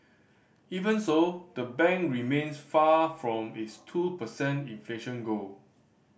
even so the bank remains far from its two per cent inflation goal